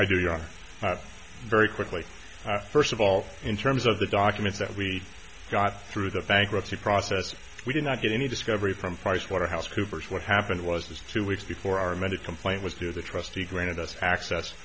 your very quickly our first of all in terms of the documents that we got through the bankruptcy process we did not get any discovery from pricewaterhouse coopers what happened was this two weeks before our many complaint was due the trustee granted us access